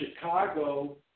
Chicago